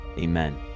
amen